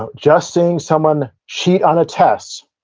ah just seeing someone cheat on a test,